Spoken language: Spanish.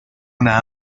una